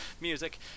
music